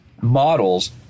models